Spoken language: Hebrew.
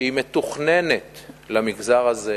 שהיא מתוכננת למגזר הזה,